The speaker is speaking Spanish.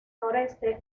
noroeste